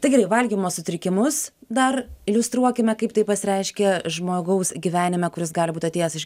tai gerai valgymo sutrikimus dar iliustruokime kaip tai pasireiškia žmogaus gyvenime kuris gali būt atėjęs iš